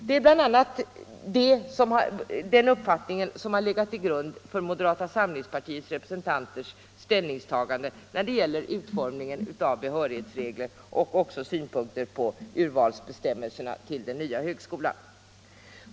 Det är bl.a. den uppfattningen som legat till grund för moderata samlingspartiets representanters ställningstagande när det gäller utformningen av behörighetsregler och även synpunkter på urvalsbestämmelserna för den nya högskolan.